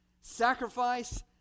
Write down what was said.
sacrifice